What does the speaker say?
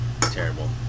Terrible